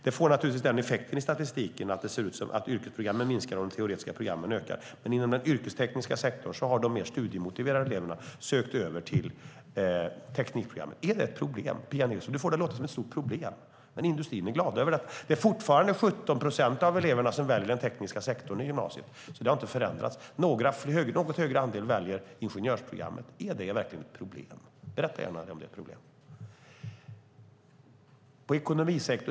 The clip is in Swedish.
Det får effekten i statistiken att det ser ut som att yrkesprogrammen minskar och de teoretiska programmen ökar. Men inom den yrkestekniska sektorn har de mer studiemotiverade eleverna sökt över till teknikprogrammet. Är det ett problem, Pia Nilsson? Du får det att låta som ett stort problem, men industrin är glad över detta. Det är fortfarande 17 procent av eleverna som väljer den tekniska sektorn i gymnasiet. Det har inte förändrats. En något större andel väljer ingenjörsprogrammet. Är det verkligen ett problem. Berätta gärna om det är ett problem!